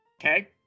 Okay